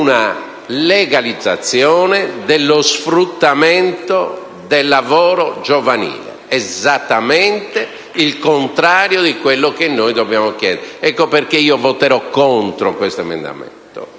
una legalizzazione dello sfruttamento del lavoro giovanile, esattamente il contrario di quello che noi dobbiamo chiedere. Ecco perche´ io voterocontro questo emendamento